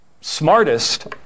smartest